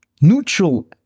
neutral